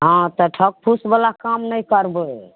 हँ तऽ ठक फूसवला काम नहि करबय